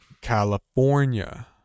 California